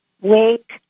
wake